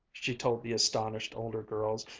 she told the astonished older girls,